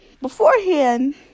beforehand